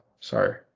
sorry